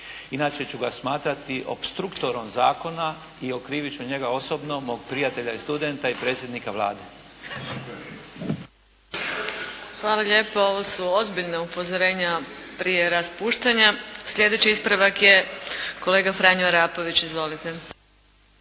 inače ću ga smatrati ospstruktorom zakona i okriviti ću njega osobno, mog prijatelja i studenta i predsjednika Vlade. **Adlešič, Đurđa (HSLS)** Hvala lijepo, ovo su ozbiljna upozorenja prije raspuštanja. Sljedeći ispravak je kolega Franjo Arapović. Izvolite.